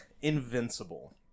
Invincible